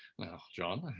now john,